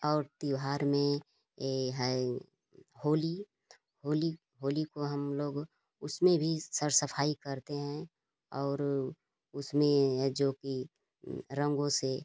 और त्यौहार में यह है होली होली होली को हम लोग उसमें भी सब सफ़ाई करते हैं और उसमें है जो कि रंगों से